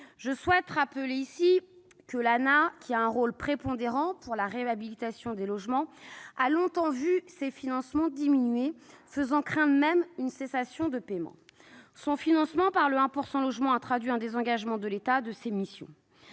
Je souhaite rappeler que l'ANAH, qui joue un rôle prépondérant pour la réhabilitation des logements, a longtemps vu ses financements diminuer, faisant craindre même une cessation de paiement. Son financement par le « 1 % logement » a traduit un désengagement de l'État de ses missions.